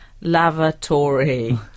lavatory